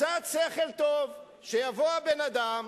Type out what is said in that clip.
קצת שכל טוב, שיבוא האדם,